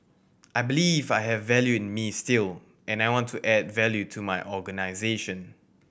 I believe I have value in me still and I want to add value to my organisation